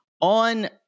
on –